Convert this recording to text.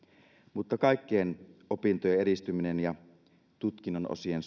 mutta kaikkien opintojen edistymisen ja tutkinnonosien